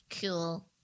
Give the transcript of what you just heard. Cool